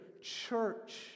Church